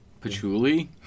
Patchouli